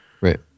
Right